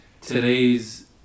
today's